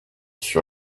sur